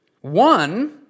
One